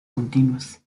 continuas